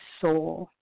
soul